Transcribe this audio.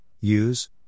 use